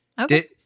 Okay